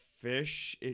fish